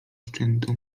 szczętu